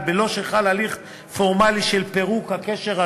בלא שחל הליך פורמלי של פירוק הקשר הזוגי,